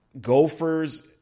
gophers